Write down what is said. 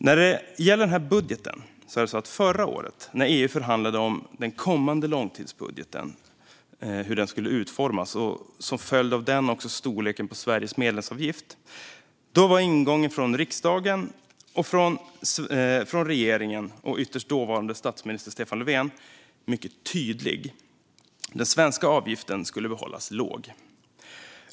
När EU förra året förhandlade om hur den kommande långtidsbudgeten skulle utformas - och som en följd av detta också om storleken på Sveriges medlemsavgift - var ingången från riksdagen, från regeringen och, ytterst, från dåvarande statsministern Stefan Löfven mycket tydlig: Den svenska avgiften skulle behållas låg.